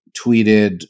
tweeted